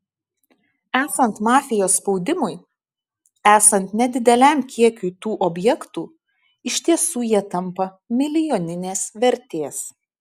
esant mafijos spaudimui esant nedideliam kiekiui tų objektų iš tiesų jie tampa milijoninės vertės